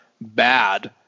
bad